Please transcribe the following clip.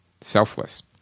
Selfless